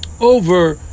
over